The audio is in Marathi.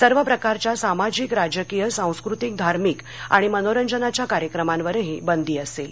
सर्व प्रकारच्या सामाजिकराजकीय सांस्कृतिक धार्मिक आणि मनोरंजनाच्या कार्यक्रमांवरही बंदी असेल